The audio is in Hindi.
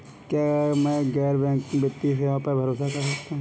क्या मैं गैर बैंकिंग वित्तीय सेवाओं पर भरोसा कर सकता हूं?